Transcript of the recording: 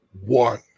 one